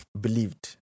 believed